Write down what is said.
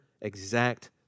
exact